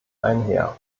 einher